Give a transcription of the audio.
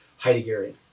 Heideggerian